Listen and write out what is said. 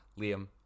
Liam